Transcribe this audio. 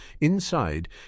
Inside